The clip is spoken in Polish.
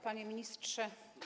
Panie Ministrze!